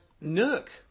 nook